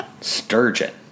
Sturgeon